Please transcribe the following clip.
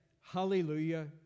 hallelujah